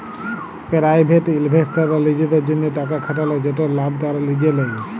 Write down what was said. private ইলভেস্টাররা লিজেদের জ্যনহে টাকা খাটাল যেটর লাভ তারা লিজে লেই